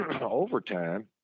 overtime